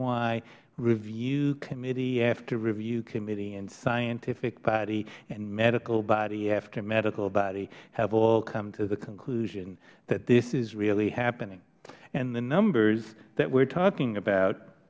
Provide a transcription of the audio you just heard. why review committee after review committee and scientific body and medical body after medical body have all come to the conclusion that this is really happening and the numbers that we are talking about